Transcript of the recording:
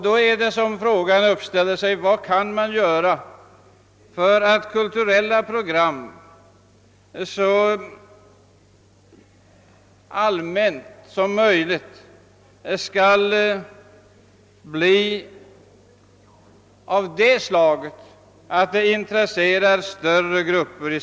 Då frågar man sig vad man kan göra för att kultureila program så ofta som möjligt skall kunna intressera större samhällsgrupper.